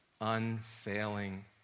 unfailing